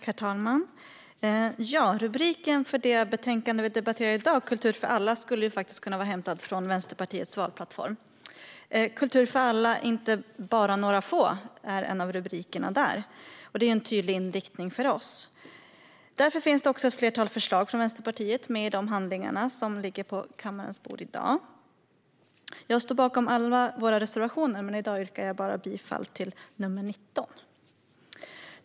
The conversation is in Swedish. Herr talman! Titeln på det betänkande vi debatterar i dag, Kultur för alla , skulle kunna vara hämtad från Vänsterpartiets valplattform. Kultur för alla, inte bara några få, är en av rubrikerna där och en tydlig inriktning för oss. Därför finns det också ett flertal förslag från Vänsterpartiet med i de handlingar som ligger på kammarens bord i dag. Jag står bakom alla våra reservationer, men i dag yrkar jag bifall endast till nr 19.